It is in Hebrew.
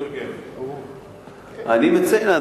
אני מציין,